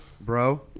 bro